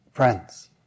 Friends